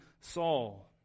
Saul